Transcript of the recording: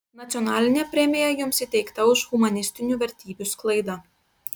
nacionalinė premija jums įteikta už humanistinių vertybių sklaidą